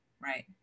Right